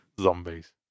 zombies